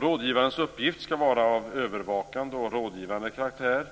Rådgivarens uppgifter skall vara av övervakande och rådgivande karaktär